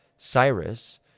Cyrus